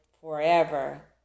forever